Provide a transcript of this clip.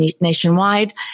nationwide